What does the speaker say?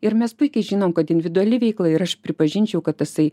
ir mes puikiai žinom kad individuali veikla ir aš pripažinčiau kad tasai